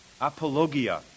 apologia